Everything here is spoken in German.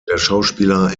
schauspieler